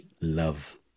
love